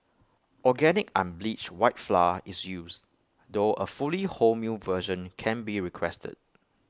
organic unbleached white flour is used though A fully wholemeal version can be requested